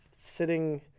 sitting